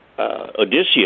Odysseus